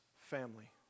family